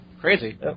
Crazy